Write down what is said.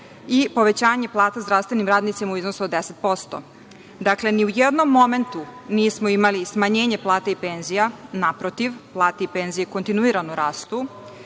i povećanje plata zdravstvenim radnicima u iznosu od 10%.Dakle, ni u jednom momentu nismo imali smanjenje plata i penzija, naprotiv, plate i penzije kontinuirano rastu.